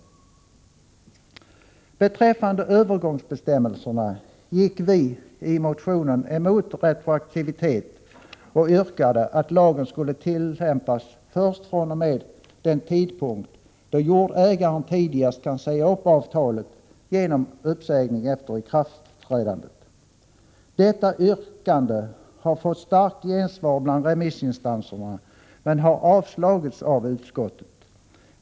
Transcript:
Vad beträffar övergångsbestämmelserna gick vi i motionen emot retroaktivitet och yrkade att lagen skulle tillämpas först fr.o.m. den tidpunkt då jordägaren tidigast kan säga upp avtalet genom uppsägning efter ikraftträdandet. Detta yrkande har fått ett starkt gensvar bland remissinstanserna men har avstyrkts av utskottet.